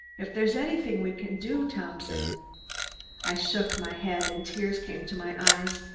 if there is anything we can do, thompson i shook my head and tears came to my eyes.